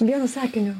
vienu sakiniu